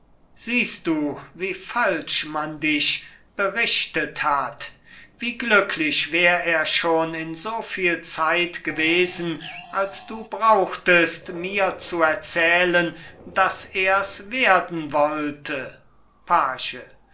siehst du wie falsch man dich berichtet hat wie glücklich wär er schon in so viel zeit gewesen als du brauchtest mir zu erzählen daß ers werden wollte page